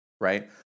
right